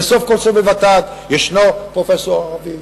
וסוף כל סוף בות"ת יש פרופסור ערבי,